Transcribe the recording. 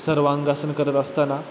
सर्वांगासन करत असताना